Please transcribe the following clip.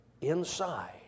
inside